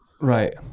Right